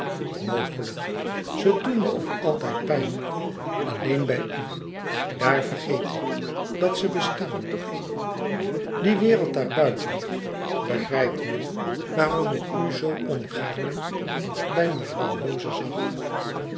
mogelijk ze doet me ook altijd pijn alleen bij u daar vergeet ik dat ze bestaat die wereld daar buiten begrijpt u nu waarom ik u zoo ongaarne bij mevrouw hoze zag